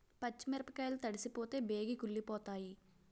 పచ్చి మిరపకాయలు తడిసిపోతే బేగి కుళ్ళిపోతాయి